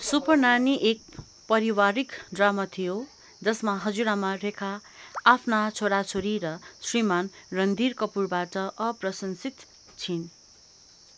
super Nani एक परिवारिक drama थियो जसमा हजुरआमा रेखा आफ्ना छोराछोरी र श्रीमान् रणधीर कपुरबाट अप्रशंसित छिन्